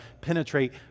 penetrate